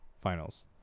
finals